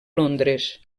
londres